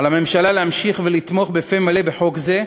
על הממשלה להמשיך ולתמוך בפה מלא בחוק זה,